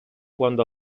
quando